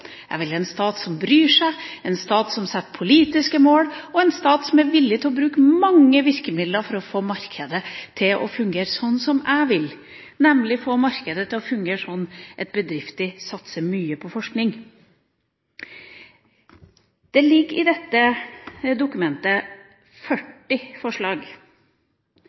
Jeg vil ha en aktiv stat. Jeg vil ha en stat som bryr seg, som setter politiske mål og som er villig til å bruke mange virkemidler for å få markedet til å fungere slik jeg vil, nemlig slik at bedrifter satser mye på forskning. Det ligger 40 forslag i dette dokumentet.